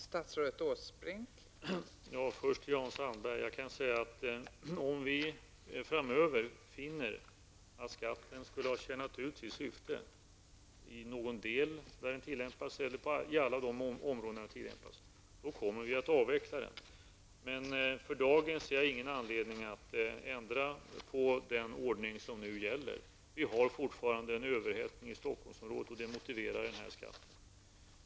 Fru talman! Först till Jan Sandberg: Jag kan säga, att om vi framöver finner att skatten skulle ha tjänat ut sitt syfte i någon del eller när det gäller alla områden där den tillämpas, kommer vi att avveckla den. För dagen ser jag ingen anledning att ändra på den ordning som gäller. Vi har fortfarande en överhettning i Stockholmsområdet, vilket motiverar den här skatten.